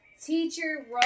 Teacher